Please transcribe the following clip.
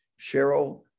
Cheryl